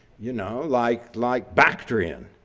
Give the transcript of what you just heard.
you know, like like bactriane,